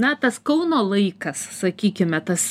na tas kauno laikas sakykime tas